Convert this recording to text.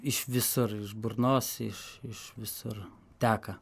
iš visur burnos iš iš visur teka